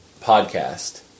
podcast